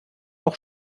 auch